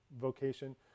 vocation